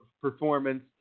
performance